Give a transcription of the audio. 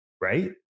right